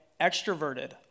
extroverted